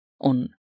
On